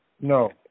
No